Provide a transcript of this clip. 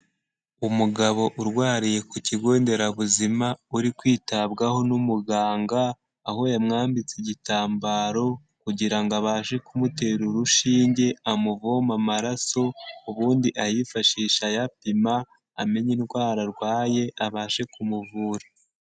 Umugabo urwariye ku Kigo Nderabuzima, uri kwitabwaho n'umuganga, aho yamwambitse igitambaro, kugira ngo abashe kumutera urushinge, amuvome amaraso, ubundi ayifashishe ayapima, amenye indwara arwaye abashe kumuvura.